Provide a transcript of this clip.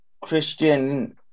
Christian